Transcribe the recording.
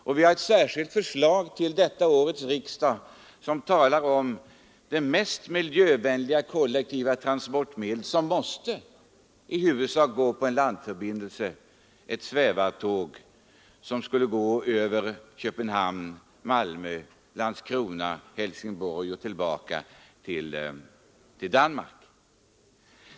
Vi har i ett särskilt förslag till årets riksdag tagit upp frågan om det mest miljövänliga kollektiva transportmedlet, vilket i huvudsak måste gå på en landförbindelse. Det gäller ett svävartåg som skulle gå över Köpenhamn, Malmö, Landskrona och Helsingborg och tillbaka till Danmark.